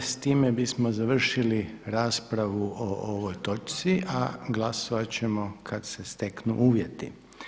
S time bismo završili raspravu o ovoj točci a glasovat ćemo kad se steknu uvjeti.